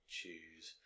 choose